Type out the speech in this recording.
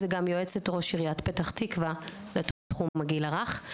זה גם יועצת ראש עריית פתח תקווה לתחום הגיל הרך.